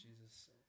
Jesus